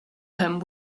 him